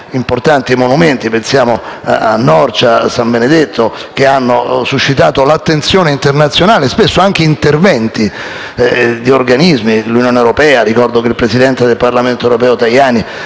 importanti monumenti - pensiamo a San Benedetto a Norcia - che hanno suscitato l'attenzione internazionale e spesso anche interventi di organismi come l'Unione europea (il Presidente del Parlamento europeo Tajani